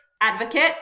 advocate